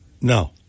No